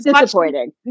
disappointing